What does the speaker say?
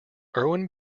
irwin